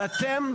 ואתם,